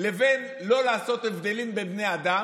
לבין לא לעשות הבדלים בין בני אדם,